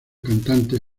cantantes